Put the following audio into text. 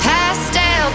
Pastel